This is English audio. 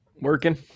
Working